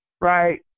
right